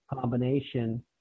combination